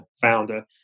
Founder